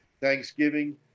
thanksgiving